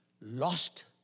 lost